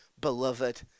beloved